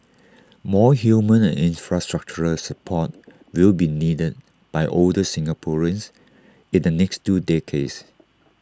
more human and infrastructural support will be needed by older Singaporeans in the next two decades